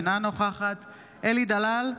אינה נוכחת אלי דלל,